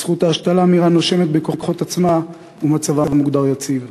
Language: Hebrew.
בזכות ההשתלה מיראן נושמת בכוחות עצמה ומצבה מוגדר יציב.